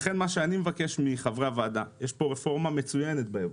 לכן מה שאני מבקש מחברי הוועדה,